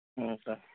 ହୁଁ ସାର୍